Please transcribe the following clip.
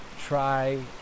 try